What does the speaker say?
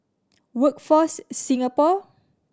Workforce Singapore